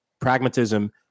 pragmatism